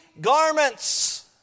garments